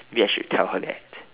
maybe I should tell her that